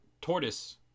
tortoise